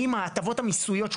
שזה מצב ראשון.